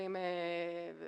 מסמכים של